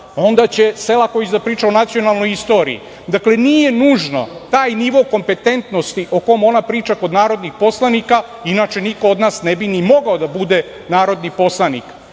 onda će Selaković da priča o nacionalnoj istoriji. Dakle, nije nužno taj nivo kompetentnosti o kome ona priča kod narodnih poslanika, a inače niko od nas ne bi mogao da bude narodni poslanik.